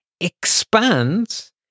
expands